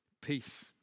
peace